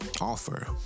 offer